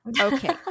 Okay